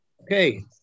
Okay